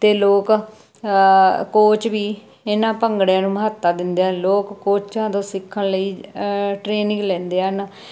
ਅਤੇ ਲੋਕ ਕੋਚ ਵੀ ਇਹਨਾਂ ਭੰਗੜਿਆਂ ਨੂੰ ਮਹੱਤਤਾ ਦਿੰਦੇ ਆ ਲੋਕ ਕੋਚਾਂ ਤੋਂ ਸਿੱਖਣ ਲਈ ਟ੍ਰੇਨਿੰਗ ਲੈਂਦੇ ਹਨ